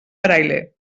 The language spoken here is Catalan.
braille